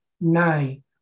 Nine